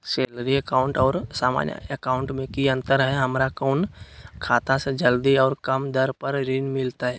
Salary account और सामान्य account मे की अंतर है हमरा कौन खाता से जल्दी और कम दर पर ऋण मिलतय?